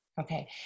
Okay